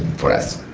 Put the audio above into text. for us,